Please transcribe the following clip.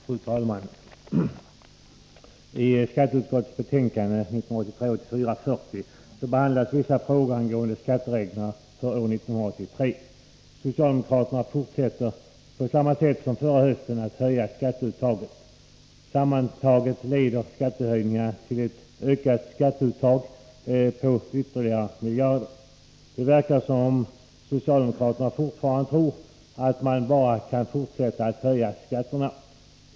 Fru talman! I skatteutskottets betänkande 12 behandlas vissa frågor angående skattereglerna för år 1983. Socialdemokraterna vill på samma sätt som förra hösten höja skatteuttaget. Sammantaget leder skattehöjningarna till ett ökat skatteuttag på flera miljarder. Det verkar som socialdemokraterna fortfarande tror att man bara kan fortsätta att höja skatterna.